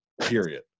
Period